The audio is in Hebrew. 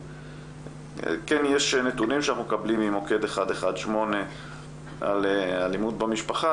יש נתונים שאנחנו מקבלים ממוקד 118 על אלימות במשפחה,